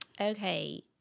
Okay